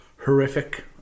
Horrific